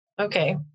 Okay